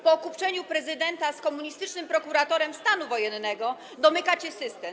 Po kupczeniu prezydenta z komunistycznym prokuratorem stanu wojennego domykacie system.